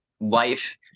life